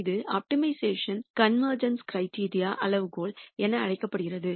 இது optimisation convergence criteria அளவுகோல் என அழைக்கப்படுகிறது